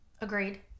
agreed